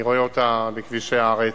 אני רואה אותה בכבישי הארץ.